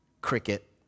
Cricket